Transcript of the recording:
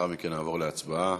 לאחר מכן נעבור להצבעה.